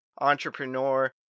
entrepreneur